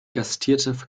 gastierte